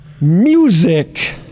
Music